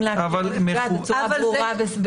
להסביר לנפגעת בצורה ברורה ובשפה שהיא מבינה.